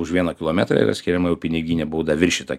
už vieną kilometrą yra skiriama jau piniginė bauda viršytą